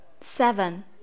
Seven